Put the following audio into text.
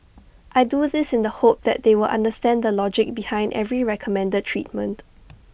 I do this in the hope that they will understand the logic behind every recommended treatment